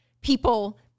people